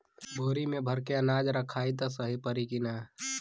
बोरी में भर के अनाज रखायी त सही परी की ना?